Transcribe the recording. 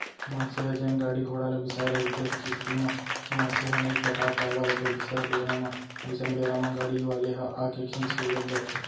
मनसे ह जेन गाड़ी घोड़ा ल बिसाय रहिथे किस्ती म मनसे ह नइ पटा पावय पइसा बेरा म अइसन बेरा म गाड़ी वाले ह आके खींच के लेग जाथे